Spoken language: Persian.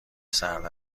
سرد